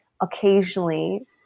occasionally